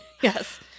Yes